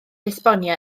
esbonio